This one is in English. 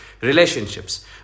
relationships